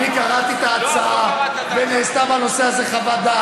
אני קראתי את ההצעה, ונעשתה בנושא הזה חוות דעת.